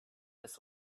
this